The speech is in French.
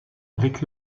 avec